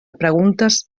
preguntes